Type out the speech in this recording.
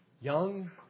Young